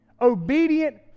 obedient